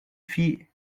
fit